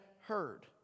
heard